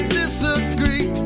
disagree